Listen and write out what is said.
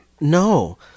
No